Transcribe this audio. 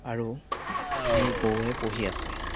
আৰু মোৰ বৌৱে পঢ়ি আছে